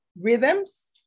rhythms